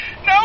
No